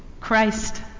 Christ